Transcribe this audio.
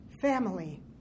family